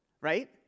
right